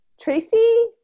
Tracy